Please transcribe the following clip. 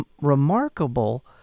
remarkable